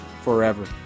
forever